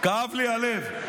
כאב לי הלב,